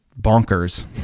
bonkers